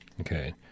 Okay